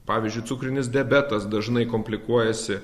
pavyzdžiui cukrinis diabetas dažnai komplikuojasi